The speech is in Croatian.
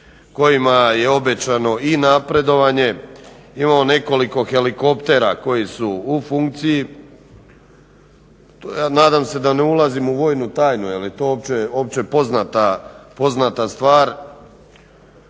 kojima je obećano i napredovanje. Imamo nekoliko helikoptera koji su u funkciji. Nadam se da ne ulazim u vojnu tajnu jer je to opće poznata stvar,